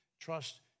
trust